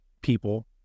people